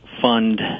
fund